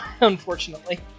unfortunately